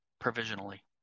provisionally